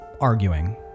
arguing